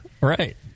Right